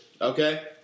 Okay